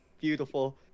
beautiful